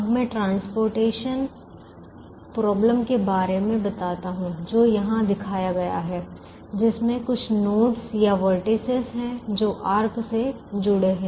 अब मैं परिवहन समस्या के बारे में बताता हूं जो यहां दिखाया गया है जिसमें कुछ गाँठे नोड्स nodes या कोने वर्टिसेसvertices हैं जो वृत्त चाप आर्क arcs से जुड़े हैं